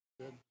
Good